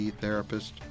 therapist